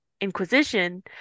inquisition